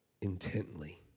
intently